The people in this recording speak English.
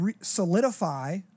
solidify